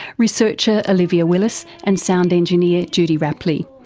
researcher olivia willis and sound engineer judy rapley.